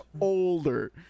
older